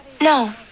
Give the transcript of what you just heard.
No